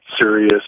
serious